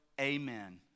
Amen